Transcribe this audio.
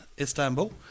Istanbul